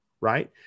right